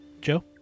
Joe